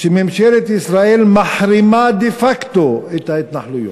שממשלת ישראל מחרימה דה-פקטו את ההתנחלויות.